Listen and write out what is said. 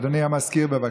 אדוני המזכיר, בבקשה.